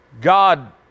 God